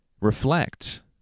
Reflect